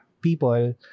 people